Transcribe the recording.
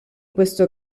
questo